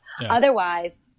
Otherwise